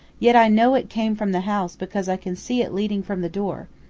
yet i know it came from the house because i can see it leading from the door.